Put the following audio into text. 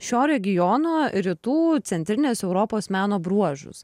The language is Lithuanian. šio regiono rytų centrinės europos meno bruožus